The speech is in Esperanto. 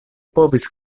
povis